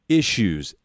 issues